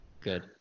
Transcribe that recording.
Good